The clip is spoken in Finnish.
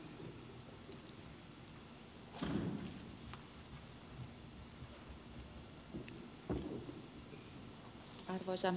arvoisa puhemies